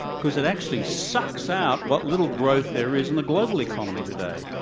because it actually sucks out what little growth there is in the global economy today.